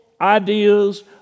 ideas